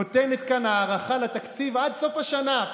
נותנת כאן הארכה לתקציב עד סוף השנה.